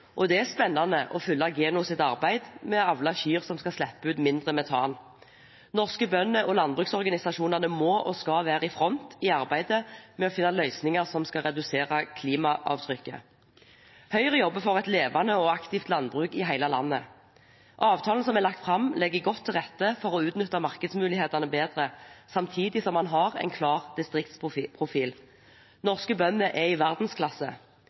og det er spennende å følge Genos arbeid med å avle kyr som skal slippe ut mindre metangass. Norske bønder og landbruksorganisasjonene må og skal være i front i arbeidet med å finne løsninger som skal redusere klimaavtrykket. Høyre jobber for et levende og aktivt landbruk i hele landet. Avtalen som er lagt fram, legger godt til rette for å utnytte markedsmulighetene bedre, samtidig som den har en klar distriktsprofil. Norske bønder er i verdensklasse.